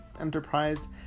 Enterprise